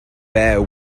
bare